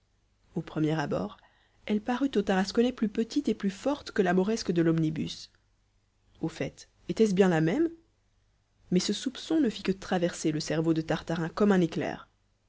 au premier abord elle parut au tarasconnais plus petite et plus forte que la mauresque de l'omnibus au fait était-ce bien la même mais ce soupçon ne fit que traverser le cerveau de tartarin comme un éclair